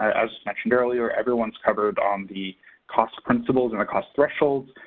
as mentioned earlier, everyone's covered on the cost principles and the cost thresholds,